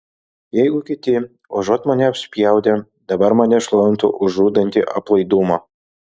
jeigu kiti užuot mane apspjaudę dabar mane šlovintų už žudantį aplaidumą